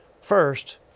First